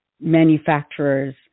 manufacturers